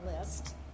list